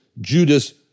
Judas